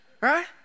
right